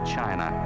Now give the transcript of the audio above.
China